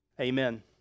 Amen